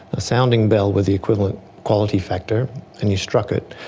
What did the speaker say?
a sounding bell with the equivalent quality factor and you struck it,